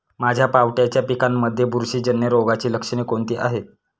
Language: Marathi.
माझ्या पावट्याच्या पिकांमध्ये बुरशीजन्य रोगाची लक्षणे कोणती आहेत?